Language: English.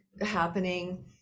happening